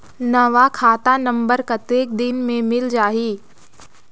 नवा खाता नंबर कतेक दिन मे मिल जाही?